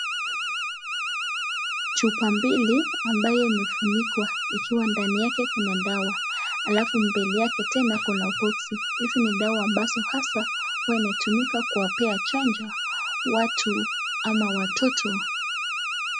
Chupa mbili ambayo imefunikwa ikiwa ndani yake Kuna dawa alafu mbele yake tena kuna boksi hizi ni dawa ambazo haswa huwa inatumika kuwapea chanjo watu ama watoto.